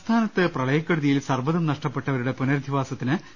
സംസ്ഥാനത്ത് പ്രളയക്കെടുതിയിൽ സർവ്വതും നഷ്ടപ്പെട്ട വരുടെ പുനരധിവാസത്തിന് ഗവ